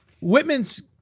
Whitman's